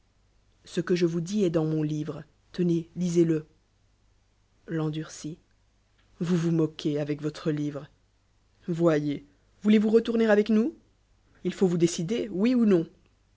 ce que je vous dis est dans mon livre tedez lisez le l'endurci vous vous moques avec fotfe livre voyez voolez vou retourner avec nous il faut vou décider oui ou non